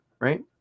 right